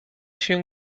się